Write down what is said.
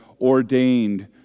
ordained